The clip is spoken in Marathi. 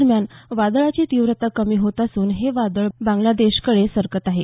दरम्यान वादळाची तीव्रता कमी होत असून हे वादळ बांगलादेशकडे सरकत आहे